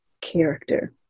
Character